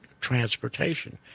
transportation